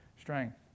strength